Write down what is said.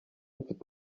mfite